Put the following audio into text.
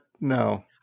no